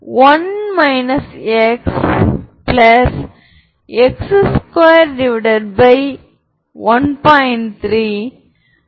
L Hermitian என்பதை சரிபார்க்கலாம்